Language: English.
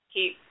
Keep